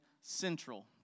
central